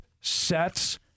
sets